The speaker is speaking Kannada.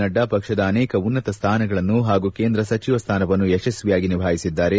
ನಡ್ಡಾ ಪಕ್ಷದ ಅನೇಕ ಉನ್ನತ ಸ್ವಾನಗಳನ್ನು ಹಾಗೂ ಕೇಂದ್ರ ಸಚಿವ ಸ್ವಾನವನ್ನು ಯಶಸ್ವಿಯಾಗಿ ನಿಭಾಯಿಸಿದ್ದಾರೆ